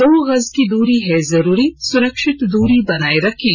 दो गज की दूरी है जरूरी सुरक्षित दूरी बनाए रखें